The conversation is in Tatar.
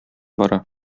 бара